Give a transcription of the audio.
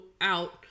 out